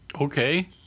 okay